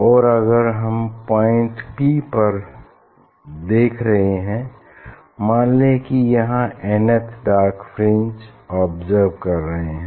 और अगर हम पॉइंट पी पर देख रहे हैं मान लें कि यहाँ एनथ डार्क फ्रिंज ऑब्ज़र्व कर रहे हैं